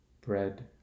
bread